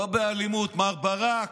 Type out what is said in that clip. לא באלימות, מר ברק.